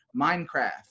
Minecraft